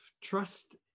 trust